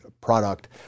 product